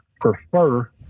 prefer